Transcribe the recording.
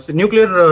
nuclear